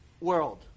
world